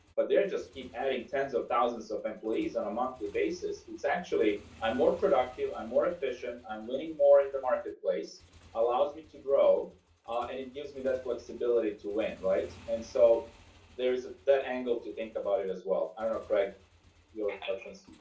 but they're just keep adding ten s of thousands of employees on a monthly basis. it's actually i'm more productive and more efficient. i'm winning more in the marketplace allows me to grow ah and it gives me that flexibility to win right. and so there is that angle to think about it as well. i don't know craig, you're reference.